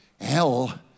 Hell